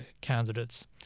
candidates